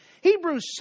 Hebrews